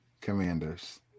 Commanders